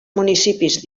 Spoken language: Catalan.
municipis